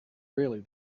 really